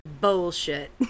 Bullshit